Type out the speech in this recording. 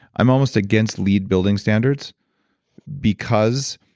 i'm almost against leed building standards because,